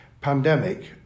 pandemic